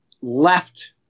left